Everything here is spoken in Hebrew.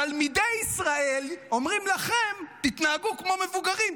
תלמידי ישראל אומרים לכם: תתנהגו כמו מבוגרים,